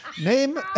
Name